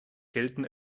gelten